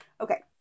okay